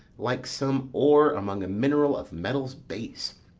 like some ore among a mineral of metals base,